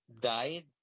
died